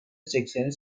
sekseni